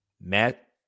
Matt